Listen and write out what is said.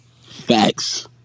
Facts